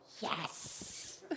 Yes